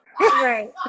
right